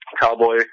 Cowboy